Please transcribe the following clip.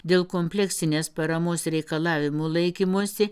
dėl kompleksinės paramos reikalavimų laikymosi